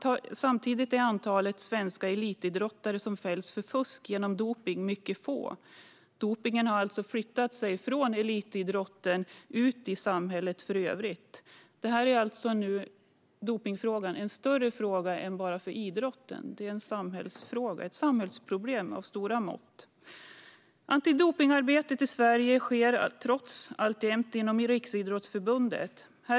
Samtidigt är antalet svenska elitidrottare som fälls för fusk genom dopning mycket litet. Dopningen har alltså flyttat från elitidrotten ut i samhället i övrigt, och därför är dopningsfrågan nu en större fråga än bara för idrotten. Det är en samhällsfråga och ett samhällsproblem av stora mått. Antidopningsarbetet i Sverige sker trots det alltjämt inom Riksidrottsförbundet.